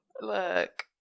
look